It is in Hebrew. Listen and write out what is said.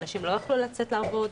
אנשים לא יכלו לצאת לעבוד,